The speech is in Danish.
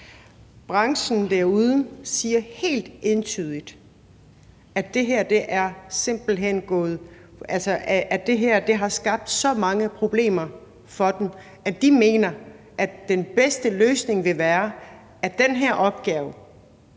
branchen derude helt entydigt siger, at det her har skabt så mange problemer for dem, at de mener, at den bedste løsning vil være, at den her opgave